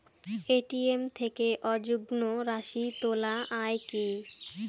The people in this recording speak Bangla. এ.টি.এম থেকে অযুগ্ম রাশি তোলা য়ায় কি?